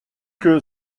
que